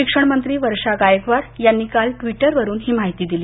शिक्षण मंत्री वर्षा गायकवाड यांनी काल ट्विटरवरून ही माहिती दिली